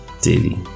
daily